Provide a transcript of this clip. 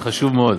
זה חשוב מאוד.